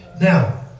Now